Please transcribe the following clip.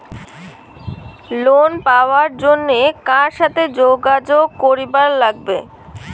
Loan পাবার জন্যে কার সাথে যোগাযোগ করিবার লাগবে?